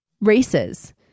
races